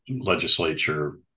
legislature